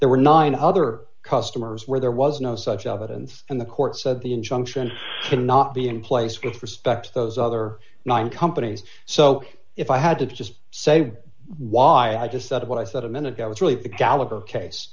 there were nine other customers where there was no such evidence and the court said the injunction could not be in place with respect to those other nine companies so if i had to just say why i just said what i thought a minute i was really the gallagher case